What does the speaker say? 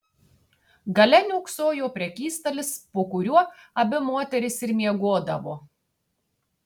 gale niūksojo prekystalis po kuriuo abi moterys ir miegodavo